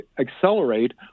accelerate